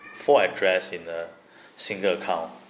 four address in a single account